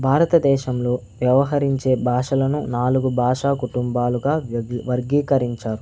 భారతదేశంలో వ్యవహరించే భాషలను నాలుగు భాషా కుటుంబాలుగా విభ వర్గీకరించారు